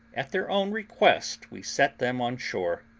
at their own request, we set them on shore.